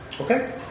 Okay